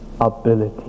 ability